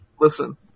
Listen